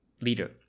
leader